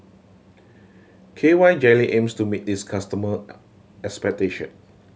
K Y Jelly aims to meet its customer expectation